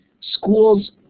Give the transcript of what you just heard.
Schools